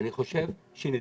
אני חושב שנדרשת